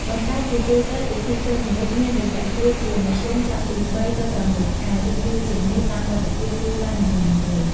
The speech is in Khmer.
ប៉ុន្តែជាទូទៅ ពីធីចូលម្លប់មានរយៈពេលជាមធ្យមចាប់ពី ៣ ទៅ ៦ ខែ ឬ យូរជាងនេះ តាមលទ្ធភាពគ្រួសារនីមួយៗ។